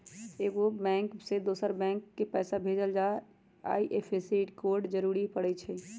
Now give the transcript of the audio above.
एगो बैंक से दोसर बैंक मे पैसा भेजे ला आई.एफ.एस.सी कोड जरूरी परई छई